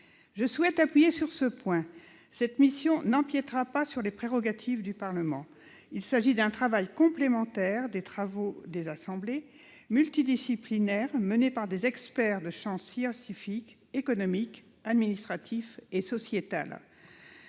Je souhaite insister sur un point : cette mission n'empiétera pas sur les prérogatives du Parlement. Il s'agit d'un travail complémentaire des travaux des assemblées, multidisciplinaire, mené par des experts des champs scientifique, économique, administratif et sociétal.